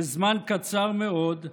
בזמן קצר מאוד,